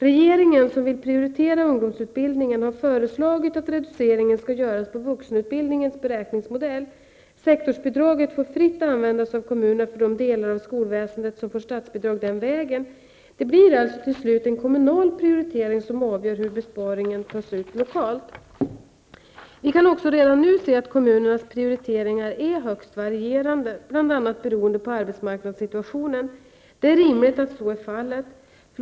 Regeringen, som vill prioritera ungdomsutbildningen, har föreslagit att reduceringen skall göras på vuxenutbildningens beräkningsmodell. Sektorsbidraget får fritt användas av kommunerna för de delar av skolväsendet som får statsbidrag den vägen. Det blir alltså till slut en kommunal prioritering som avgör hur besparingen tas ut lokalt. Vi kan också redan nu se att kommunernas prioriteringar är högst varierande, bl.a. beroende på arbetsmarknadssituationen. Det är rimligt att så är fallet.